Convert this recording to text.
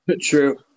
True